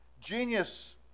Genius